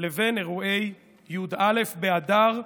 לבין אירועי י"א באדר,